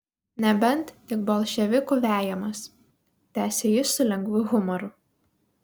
nebent tik bolševikų vejamas tęsė jis su lengvu humoru